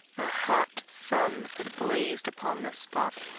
hot sun had blazed upon this spot.